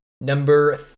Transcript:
number